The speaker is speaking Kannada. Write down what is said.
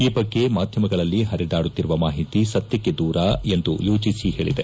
ಈ ಬಗ್ಗೆ ಮಾಧ್ಯಮಗಳಲ್ಲಿ ಹರಿದಾಡುತ್ತಿರುವ ಮಾಹಿತಿ ಸತ್ಲಕ್ಷೆ ದೂರ ಎಂದು ಯುಜಿಸಿ ಹೇಳಿದೆ